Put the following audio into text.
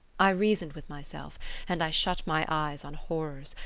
i reasoned with myself and i shut my eyes on horrors,